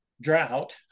drought